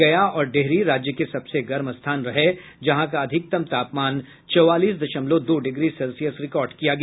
गया और डेहरी राज्य के सबसे गर्म स्थान रहे जहां का अधिकतम तापमान चौवालीस दशमलव दो डिग्री सेलिसयस रिकॉर्ड किया गया